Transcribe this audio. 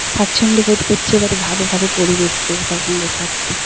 স্বাচ্ছন্দ্য বোধ করছে এবার ভালোভাবে পরিবেশকে সঙ্গে থাকতে